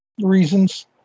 Reasons